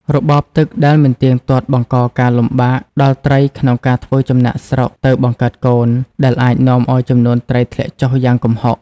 របបទឹកដែលមិនទៀងទាត់បង្កការលំបាកដល់ត្រីក្នុងការធ្វើចំណាកស្រុកទៅបង្កើតកូន ដែលអាចនាំឱ្យចំនួនត្រីធ្លាក់ចុះយ៉ាងគំហុក។